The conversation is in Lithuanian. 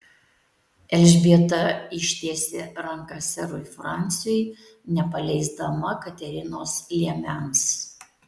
elžbieta ištiesė ranką serui fransiui nepaleisdama katerinos liemens